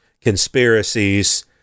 conspiracies